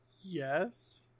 Yes